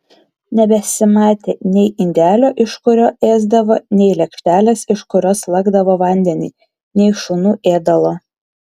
nebesimatė nei indelio iš kurio ėsdavo nei lėkštelės iš kurios lakdavo vandenį nei šunų ėdalo